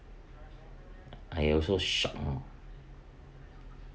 I also shocked oh